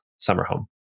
Summerhome